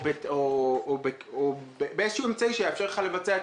או באיזשהו אמצעי שיאפשר לך לבצע את